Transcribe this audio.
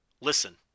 listen